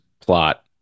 plot